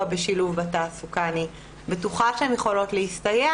בשילוב בתעסוקה אני בטוחה שהן יכולות להסתייע